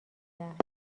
کرد